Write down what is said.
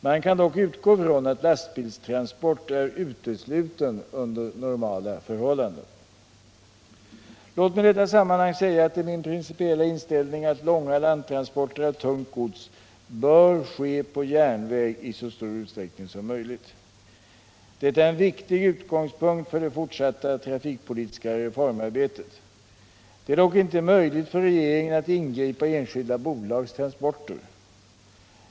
Man kan dock utgå från att lastbilstransport är utesluten under normala förhållanden. Låt mig i detta sammanhang säga att det är min principiella inställning att långa landstransporter av tungt gods bör ske på järnväg i så stor utsträckning som möjligt. Detta är en viktig utgångspunkt för det fortsatta trafikpolitiska reformarbetet. Det är dock inte möjligt för regeringen att ingripa i enskilda bolags transporter.